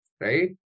right